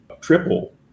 triple